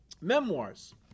memoirs